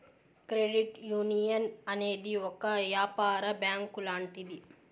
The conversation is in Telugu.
క్రెడిట్ యునియన్ అనేది ఒక యాపార బ్యాంక్ లాంటిది